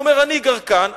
הוא אומר: אני גר כאן,